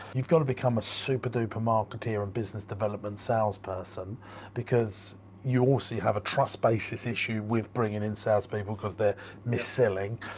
you've gotta become a super duper marketeer and business development sales person because you obviously have a trust basis issue with bringing in sales people because they're misselling.